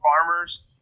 farmers